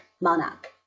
monarch